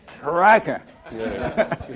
Cracker